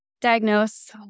diagnose